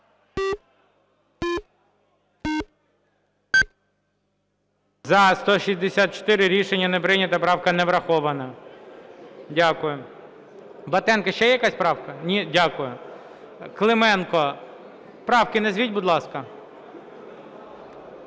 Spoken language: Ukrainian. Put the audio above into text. За-164 Рішення не прийнято. Правка не врахована. Дякую. Батенко, ще якась правка? Ні. Дякую. Клименко, правки назвіть, будь ласка.